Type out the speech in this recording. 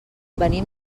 venim